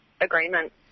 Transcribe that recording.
agreement